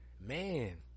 man